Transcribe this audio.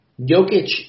Jokic